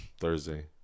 Thursday